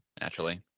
naturally